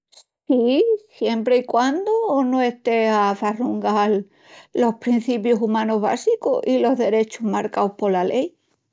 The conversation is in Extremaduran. Sí siempri i quandu no esté a farrungal los prencipius umanus básicus i los derechus marcaus pola lei.